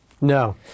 No